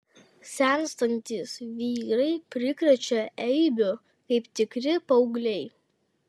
senstantys vyrai prikrečia eibių kaip tikri paaugliai